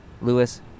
Lewis